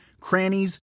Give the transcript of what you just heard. crannies